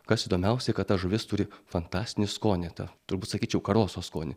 kas įdomiausiai kad ta žuvis turi fantastinį skonį tą turbūt sakyčiau karoso skonį